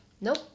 nope